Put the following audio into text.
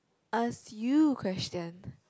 ask you question